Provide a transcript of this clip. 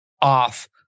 off